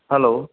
hello